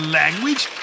language